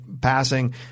passing